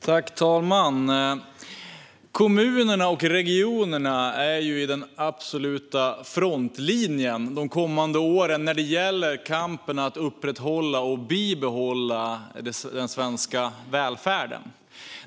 Fru talman! Kommunerna och regionerna kommer att vara i den absoluta frontlinjen de kommande åren när det gäller kampen för att upprätthålla och bibehålla den svenska välfärden.